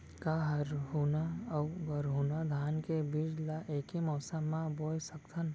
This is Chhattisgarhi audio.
का हरहुना अऊ गरहुना धान के बीज ला ऐके मौसम मा बोए सकथन?